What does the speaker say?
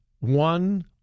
one